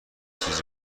چیزی